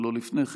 ולא לפני כן.